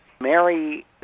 mary